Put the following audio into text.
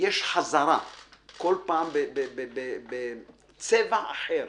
יש חזרה כל פעם בצבע אחר,